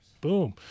boom